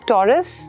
Taurus